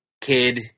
kid